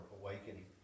awakening